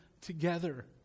together